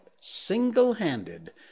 single-handed